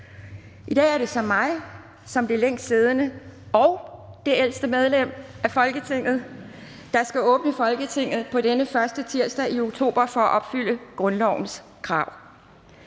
I dag er det så mig – som det længst siddende og det ældste medlem af Folketinget – der skal åbne Folketinget på denne første tirsdag i oktober for at opfylde grundlovens krav.